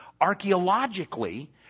archaeologically